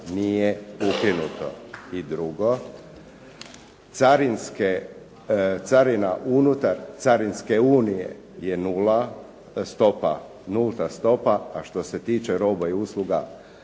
nije ukinuto. I drugo, carina unutar carinske unije je nula stopa, nulta stopa, a što se tiče roba i usluga,